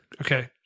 Okay